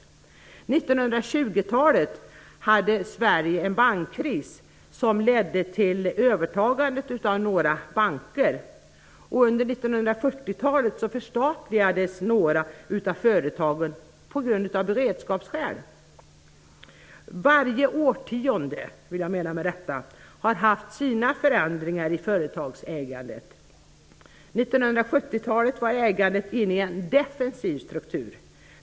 På 1920 talet hade Sverige en bankkris som ledde till övertagande av några banker. Under 1940-talet förstatligades några av företagen av beredskapsskäl. Med detta vill jag säga att varje årtionde har haft sina förändringar i företagsägandet. 1970-talet var ägandet inne i en defensiv struktur.